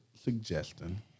suggesting